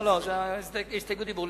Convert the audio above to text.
לא, זו הסתייגות דיבור.